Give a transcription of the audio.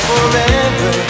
Forever